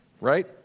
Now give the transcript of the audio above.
right